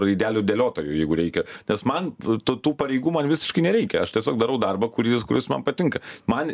raidelių dėliotoju jeigu reikia nes man tu tų pareigų man visiškai nereikia aš tiesiog darau darbą kuris kuris man patinka man